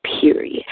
period